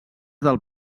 del